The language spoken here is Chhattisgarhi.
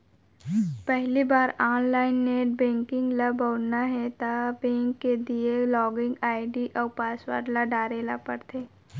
पहिली बार ऑनलाइन नेट बेंकिंग ल बउरना हे त बेंक के दिये लॉगिन आईडी अउ पासवर्ड ल डारे ल परथे